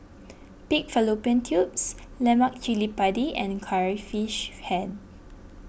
Pig Fallopian Tubes Lemak Cili Padi and Curry Fish Head